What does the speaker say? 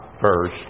first